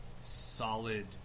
solid